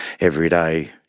everyday